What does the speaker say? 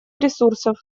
ресурсов